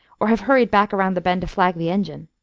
or have hurried back around the bend to flag the engine.